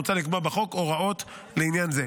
מוצע לקבוע בחוק הוראות לעניין זה.